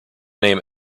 name